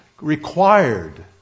required